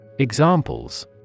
Examples